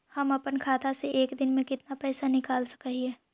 हम अपन खाता से एक दिन में कितना पैसा निकाल सक हिय?